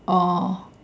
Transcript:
oh